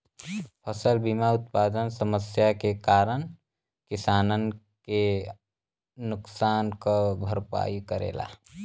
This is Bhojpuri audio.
फसल बीमा उत्पादन समस्या के कारन किसानन के नुकसान क भरपाई करेला